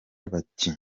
bati